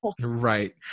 Right